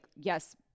yes